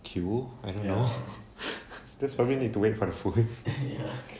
Q I don't know that's why we need to wait for the food